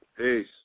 Peace